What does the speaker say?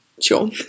sure